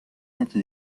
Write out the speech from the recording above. hinter